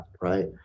right